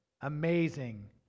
Amazing